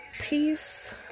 peace